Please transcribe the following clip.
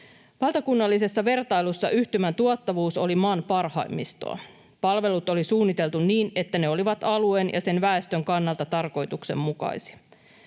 Valtakunnallisessa vertailussa yhtymän tuottavuus oli maan parhaimmistoa. Palvelut oli suunniteltu niin, että ne olivat alueen ja sen väestön kannalta tarkoituksenmukaisia.